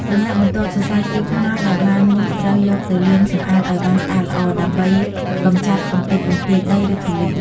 ដំណាក់់បន្ទាប់ សរសៃគាវត្នោតដែលបានមក ត្រូវយកទៅលាងសម្អាតឲ្យបានស្អាតល្អ ដើម្បីកម្ចាត់កម្ទេចកំទីដី ឬធូលី។